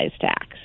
tax